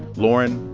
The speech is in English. lauren,